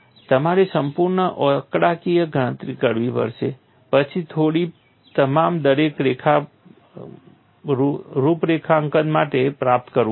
તમારે સંપૂર્ણ આંકડાકીય ગણતરી કરવી પડશે અને પછી તમારા દરેક રૂપરેખાંકન માટે પ્રાપ્ત કરવું પડશે